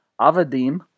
Avadim